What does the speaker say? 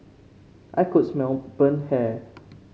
I could smell burnt hair